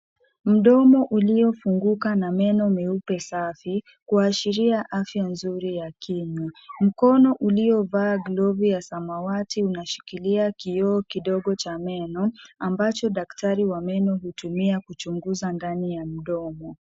Mdomo uliofunguka na meno meupe safi, kuashiria afya nzuri ya kinywa. Mkono uliovaa glavu ya samawati unashikilia kioo kidogo cha meno, ambacho daktari, wa meno hutumia kuchunguza ndani ya mdomo.